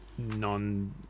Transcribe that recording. Non